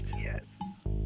Yes